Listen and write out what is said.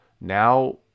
now